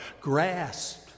grasped